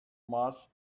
mars